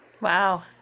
Wow